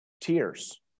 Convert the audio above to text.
tears